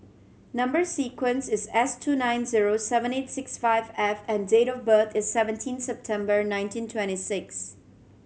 number sequence is S two nine zero seven eight six five F and date of birth is seventeen September nineteen twenty six